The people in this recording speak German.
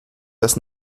das